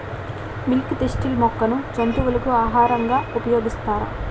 Milk thistle మొక్కను జంతువులకు ఆహారంగా ఉపయోగిస్తారా?